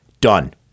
done